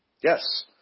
Yes